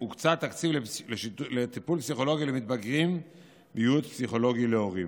הוקצה תקציב לטיפול פסיכולוגי למתבגרים וייעוץ פסיכולוגי להורים,